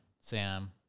Sam